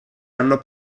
hanno